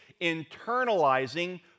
internalizing